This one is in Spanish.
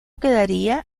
quedaría